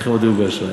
במחיר דירוג האשראי.